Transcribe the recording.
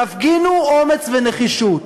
תפגינו אומץ ונחישות.